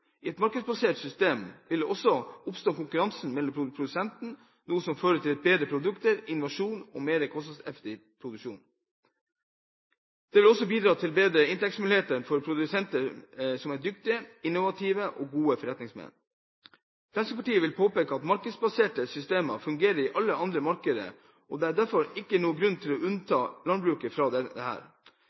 I et markedsbasert system vil det oppstå konkurranse mellom produsentene, noe som fører til bedre produkter, innovasjon og mer kostnadseffektiv produksjon. Dette vil bidra til bedre inntektsmuligheter for produsenter som er dyktige, som er innovative, og som er gode forretningsmenn. Fremskrittspartiet vil påpeke at markedsbaserte systemer fungerer i alle andre markeder, og at det derfor ikke er noen grunn til å unnta landbruket fra